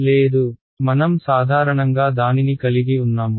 లేదు మనం సాధారణంగా దానిని కలిగి ఉన్నాము